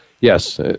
yes